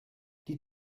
die